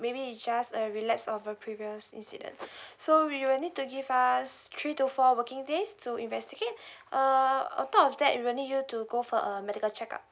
maybe it's just a relapse of your previous incident so you'll need to give us three to four working days to investigate uh on top of that we'll need you to go for a medical check up